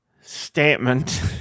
statement